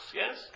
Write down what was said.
yes